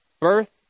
birth